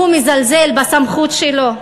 והוא מזלזל בסמכות שלו.